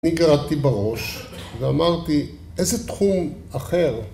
אני גרדתי בראש ואמרתי איזה תחום אחר